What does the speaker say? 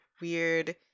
weird